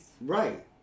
Right